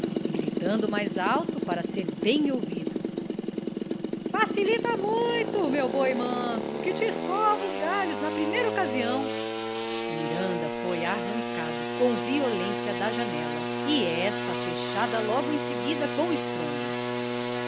gritando mais alto para ser bem ouvido facilita muito meu boi manso que te escorvo os galhos na primeira ocasião o miranda foi arrancado com violência da janela e esta fechada logo em seguida com estrondo